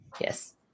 Yes